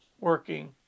working